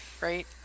right